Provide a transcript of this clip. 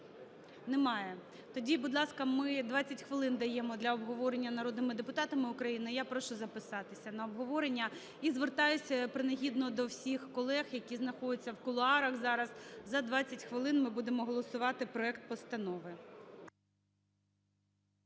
Немає. Тоді, будь ласка, ми 20 хвилин даємо для обговорення народними депутатами України. Я прошу записатися на обговорення. І звертаюся принагідно до всіх колег, які знаходяться в кулуарах зараз, за 20 хвилин ми будемо голосувати проект постанови.